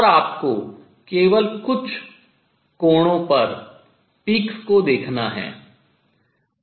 और आपको केवल कुछ कोणों पर peaks शिखरों को देखना चाहिए